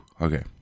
Okay